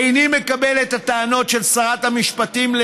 איני מקבל את הטענות של שרת המשפטים על